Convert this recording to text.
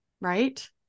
Right